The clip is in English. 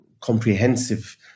comprehensive